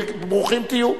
וברוכים תהיו.